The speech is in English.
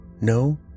No